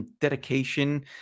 dedication